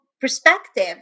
perspective